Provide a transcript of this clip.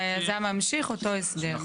זה היזם הממשיך אותו הסדר.